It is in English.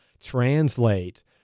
translate